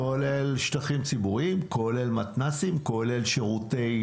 כולל שטחים ציבוריים, כולל מתנ"סים, כולל שירותי